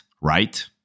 right